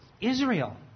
Israel